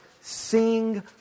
Sing